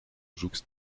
jouxte